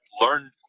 learn